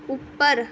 ਉੱਪਰ